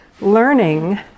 learning